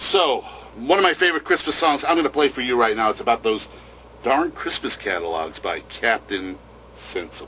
so one of my favorite christmas songs i'm going to play for you right now it's about those dark christmas catalogs by captain